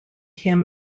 him